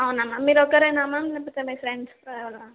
అవునా మ్యామ్ మీరు ఒకరు మ్యామ్ లేకపోతే మీ ఫ్రెండ్స్ కూడా ఎవరన్న